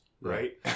right